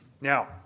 Now